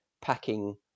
packing